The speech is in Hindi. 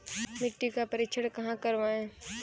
मिट्टी का परीक्षण कहाँ करवाएँ?